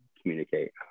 communicate